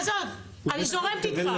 עזוב, אני זורמת איתך.